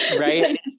Right